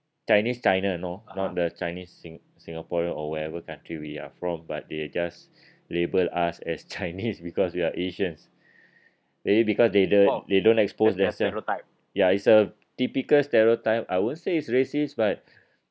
chinese china you know not the chinese sing~ singaporean or wherever country we are from but they just label us as chinese because we are asians maybe because they don't they don't expose themselves ya it's a typical stereotype I won't say it's racist but